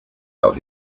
out